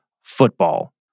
football